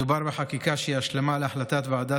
מדובר בחקיקה שהיא השלמה להחלטת ועדת